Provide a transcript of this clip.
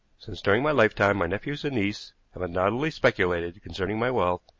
since during my lifetime my nephews and niece have undoubtedly speculated concerning my wealth,